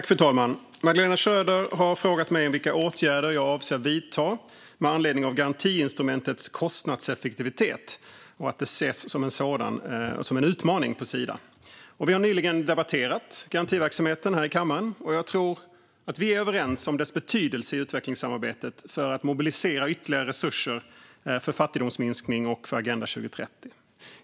Fru talman! Magdalena Schröder har frågat mig vilka åtgärder som jag avser att vidta med anledning av att garantiinstrumentets kostnadseffektivitet ses som en utmaning på Sida. Vi har nyligen debatterat garantiverksamheten här i kammaren, och jag tror att vi är överens om dess betydelse i utvecklingssamarbetet för att mobilisera ytterligare resurser för fattigdomsminskning och Agenda 2030.